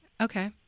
Okay